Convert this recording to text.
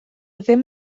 ddim